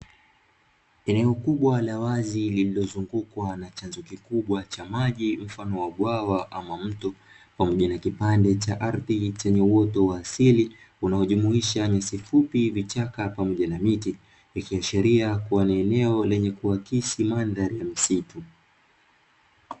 Eneo kubwa la wazi lililozungukwa na chanzo kikubwa cha maji mfano wa bwawa ama mto, pamoja na kipande cha ardhi chenye uoto asili unaojumuisha nyasi fupi, vichaka, pamoja na miti. Likiashiria kuwa ni eneo lenye kuakisi mandhari ya msitu.